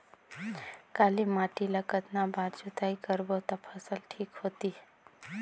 काली माटी ला कतना बार जुताई करबो ता फसल ठीक होती?